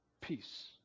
Peace